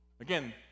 Again